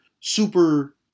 super